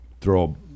throw